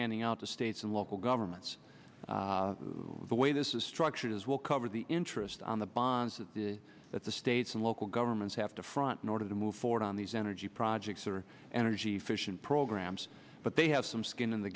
handing out to states and local governments the way this is structured is will cover the interest on the bonds that the states and local governments have to front in order to move forward on these energy projects or an energy efficient programs but they have some skin in the